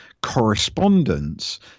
correspondence